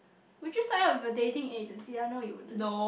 would you sign up with a dating agency I know you wouldn't